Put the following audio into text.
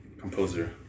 composer